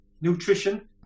nutrition